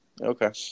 Okay